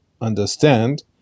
understand